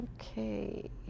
okay